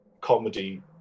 comedy